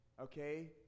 okay